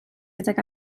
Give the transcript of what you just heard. gydag